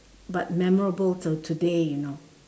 but memorable till today you know